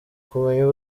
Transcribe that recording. kumenya